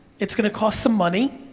it's gonna cost some money,